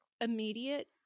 immediate